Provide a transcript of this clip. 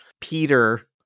Peter